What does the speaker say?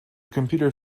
computer